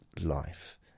life